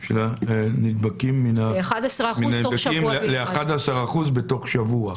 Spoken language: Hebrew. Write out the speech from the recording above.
של הנדבקים ל-11% בתוך שבוע.